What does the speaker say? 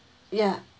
ya